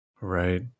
Right